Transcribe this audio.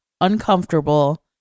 uncomfortable